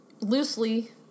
Loosely